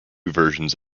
versions